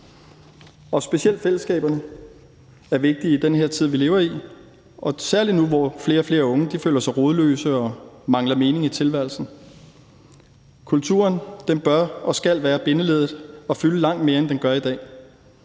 Specielt fællesskaberne er vigtige i den tid, vi lever i, og særlig nu, hvor flere og flere unge føler sig rodløse og mangler mening i tilværelsen. Kulturen bør og skal være bindeleddet og fylde langt mere, end den gør i dag.